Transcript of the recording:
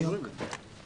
לא סוגרים את זה.